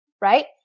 right